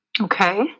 Okay